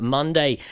Monday